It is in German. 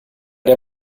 der